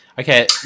Okay